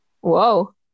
Whoa